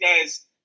guys